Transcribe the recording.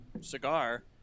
cigar